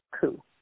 coup